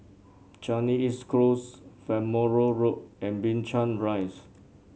Changi East Close Farnborough Road and Binchang Rise